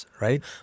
right